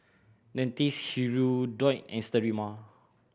Dentiste Hirudoid and Sterimar